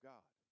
God